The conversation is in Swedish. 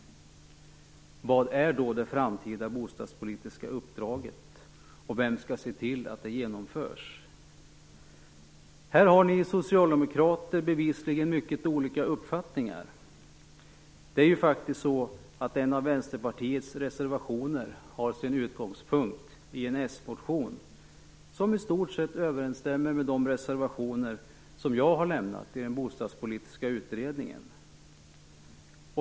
Vad är då det framtida bostadspolitiska uppdraget? Vem skall se till att det genomförs? Här har ni socialdemokrater bevisligen mycket olika uppfattningar. En av Vänsterpartiets reservationer har sin utgångspunkt i en s-motion som i stort sett överensstämmer med de reservationer som jag har lämnat i den bostadspolitiska utredningen.